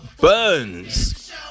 Burns